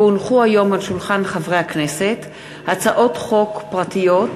כי הונחו היום על שולחן הכנסת הצעות חוק פרטיות,